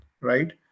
Right